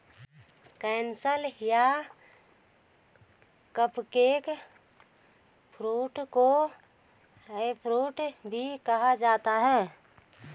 canistel या cupcake fruit को eggfruit भी कहा जाता है